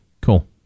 Cool